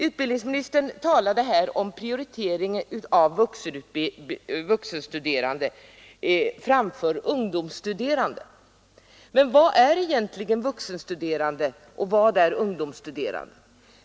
Utbildningsministern talade här om prioritering av vuxenstuderande framför ungdomsstuderande. Men vad är egentligen vuxenstuderande och vad är ungdomsstuderande?